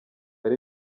ari